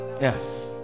yes